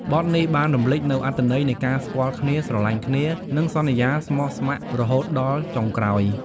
បទនេះបានរំលេចនូវអត្ថន័យនៃការស្គាល់គ្នា ស្រឡាញ់គ្នា និងសន្យាស្មោះស្ម័គ្ររហូតដល់ចុងក្រោយ។